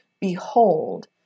Behold